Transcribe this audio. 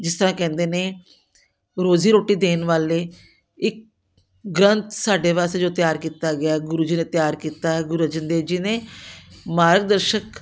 ਜਿਸ ਤਰ੍ਹਾਂ ਕਹਿੰਦੇ ਨੇ ਰੋਜ਼ੀ ਰੋਟੀ ਦੇਣ ਵਾਲੇ ਇੱਕ ਗ੍ਰੰਥ ਸਾਡੇ ਵਾਸਤੇ ਜੋ ਤਿਆਰ ਕੀਤਾ ਗਿਆ ਗੁਰੂ ਜੀ ਨੇ ਤਿਆਰ ਕੀਤਾ ਗੁਰੂ ਅਰਜਨ ਦੇਵ ਜੀ ਨੇ ਮਾਰਗ ਦਰਸ਼ਕ